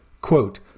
quote